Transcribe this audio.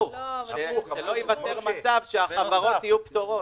שלא ייווצר מצב שהחברות יהיו פטורות.